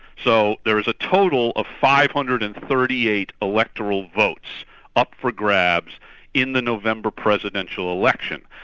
so there is a total of five hundred and thirty eight electoral votes up for grabs in the november presidential election,